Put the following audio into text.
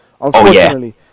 Unfortunately